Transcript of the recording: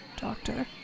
doctor